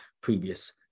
previous